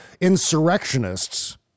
insurrectionists